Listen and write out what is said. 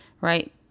Right